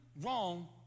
wrong